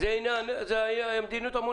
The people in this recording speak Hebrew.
היא אמרה שזאת המדיניות המוניטרית.